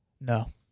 No